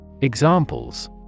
Examples